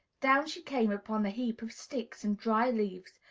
down she came upon a heap of sticks and dry leaves,